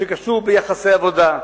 שקשור ליחסי עבודה,